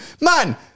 Man